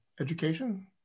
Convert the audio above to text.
education